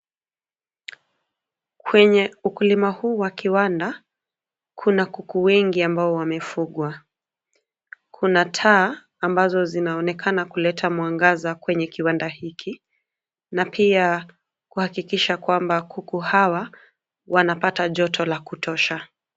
Kwenye ukulima huu wa kiwanda, kuna kuku wengi ambao wamefugwa. Kuna taa ambazo zinaonekana kuleta mwangaza kwenye kiwanda hiki na pia kuhakikisha kwamba kuku hawa wanapata joto la kutosha.